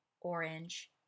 orange